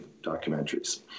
documentaries